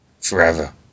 Forever